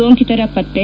ಸೊಂಕಿತರ ಪತ್ತೆ